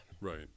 Right